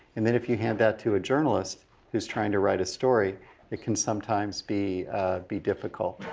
and then if you hand that to a journalist who's trying to write a story that can sometimes be be difficult.